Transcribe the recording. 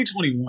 2021